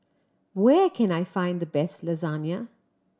where can I find the best Lasagna